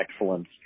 excellence